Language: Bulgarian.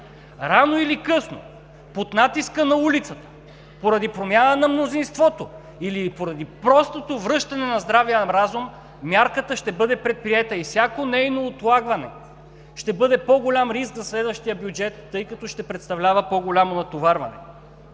Рано или късно под натиска на улицата, поради промяна на мнозинството или поради простото връщане на здравия разум, мярката ще бъде предприета. Всяко нейно отлагане ще бъде по голям риск за следващия бюджет, тъй като ще представлява по голямо натоварване.